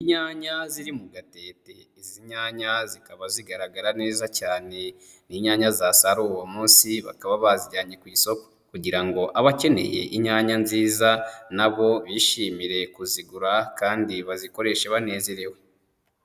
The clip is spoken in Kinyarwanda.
Inyanya ziri mu gatete, izi nyanya zikaba zigaragara neza cyane, ni inyanya zasaruwe uwo munsi bakaba bazijyanye ku isoko, kugira ngo abakeneye inyanya nziza nabo bishimire kuzigura, kandi bazikoreshe banezerewe.